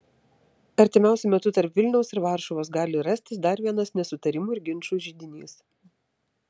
artimiausiu metu tarp vilniaus ir varšuvos gali rastis dar vienas nesutarimų ir ginčų židinys